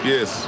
Yes